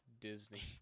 Disney